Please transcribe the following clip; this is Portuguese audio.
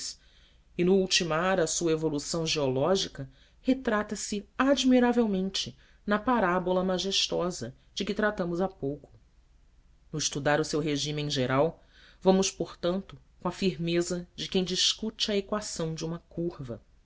e no ultimar a sua evolução geológica retrata se admiravelmente na parábola majestosa de que tratamos há pouco no estudar o seu regime geral vamos portanto com a firmeza de quem discute a equação de uma curva